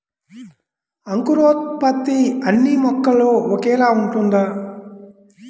అంకురోత్పత్తి అన్నీ మొక్కలో ఒకేలా ఉంటుందా?